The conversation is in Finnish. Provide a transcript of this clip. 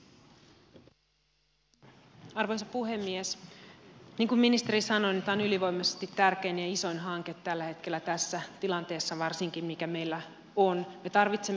niin kuin ministeri sanoi tämä on ylivoimaisesti tärkein ja isoin hanke tällä hetkellä varsinkin tässä tilanteessa mikä meillä on